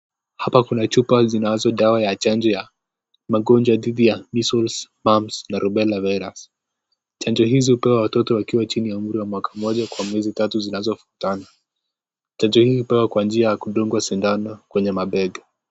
Hapa kuna chupa zinazo dawa ya chanjo ya magonjwa dhidi ya Measles, Mumps na Rubella virus . Chanjo hizo hupewa watoto wakiwa chini ya umri wa mwaka mmoja kwa miezi tatu zinazofuata. Chanjo hii hupewa kwa njia ya kudungwa sindano kwenye mabega.